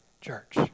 church